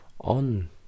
on